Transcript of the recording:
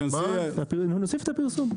נוסיף את הפרסום.